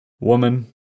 Woman